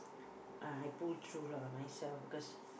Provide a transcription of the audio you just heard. uh I pull through lah myself because